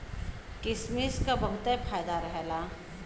किसमिस क बहुते फायदा रहला